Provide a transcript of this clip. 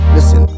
Listen